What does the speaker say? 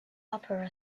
opera